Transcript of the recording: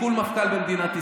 סיכול מפכ"ל במדינת ישראל.